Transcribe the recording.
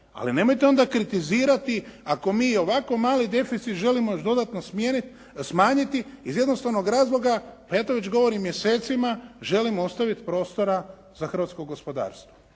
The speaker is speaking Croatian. Ali nemojte onda kritizirati ako mi i ovako mali deficit želimo još dodatno smiriti, smanjiti iz jednostavnog razloga pa ja to već govorim mjesecima želim ostaviti prostora za hrvatsko gospodarstvo.